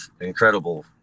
incredible